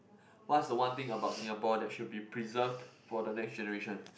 what's the one thing about Singapore that should be preserved for the next generation